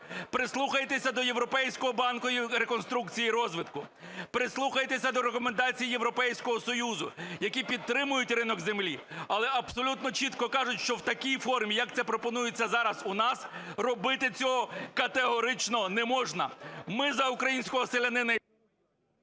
Прислухайтеся до Європейського банку реконструкцій і розвитку. Прислухайтеся до рекомендацій Європейського Союзу, які підтримують ринок землі, але абсолютно чітко кажуть, в такій формі, як це пропонується зараз у нас, робити цього категорично не можна. Ми за українського селянина…